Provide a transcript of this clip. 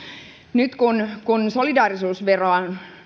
nyt kun kun solidaarisuusveroa on